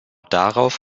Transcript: darauf